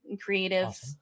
creative